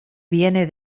viene